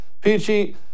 Peachy